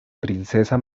princesa